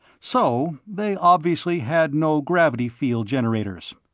so they obviously had no gravity field generators.